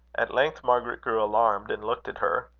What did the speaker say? at length margaret grew alarmed, and looked at her.